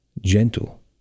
gentle